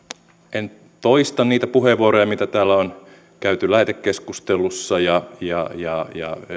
en toista niitä puheenvuoroja mitä täällä on käytetty lähetekeskustelussa ja ja